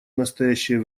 настоящее